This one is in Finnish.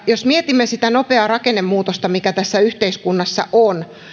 jos mietimme sitä nopeaa rakennemuutosta mikä tässä yhteiskunnassa on